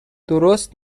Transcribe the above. درست